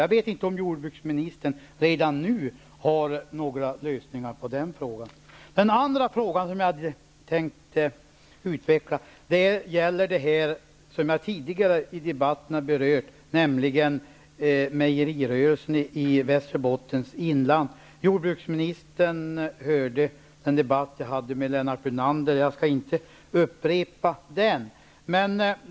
Jag vet inte om jordbruksministern redan nu har någon lösning på det problemet. En annan fråga som jag tänkte att utveckla gäller det som tidigare har berörts i debatten, nämligen mejerirörelsen i Västerbottens inland. Jordbruksministern hörde den debatt som jag hade med Lennart Brunander. Jag skall inte upprepa den.